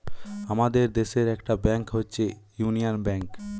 আমাদের দেশের একটা ব্যাংক হচ্ছে ইউনিয়ান ব্যাঙ্ক